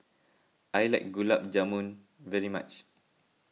I like Gulab Jamun very much